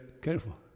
careful